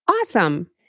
Awesome